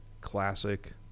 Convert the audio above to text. classic